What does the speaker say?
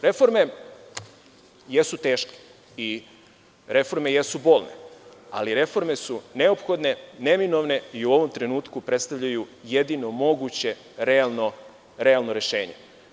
Reforme jesu teške i reforme jesu bolne, ali one su neophodne, neminovne i u ovom trenutku predstavljaju jedino moguće realno rešenje.